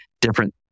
different